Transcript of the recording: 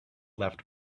left